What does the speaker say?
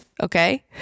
okay